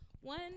One